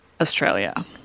Australia